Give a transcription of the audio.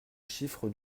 chiffre